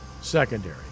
secondary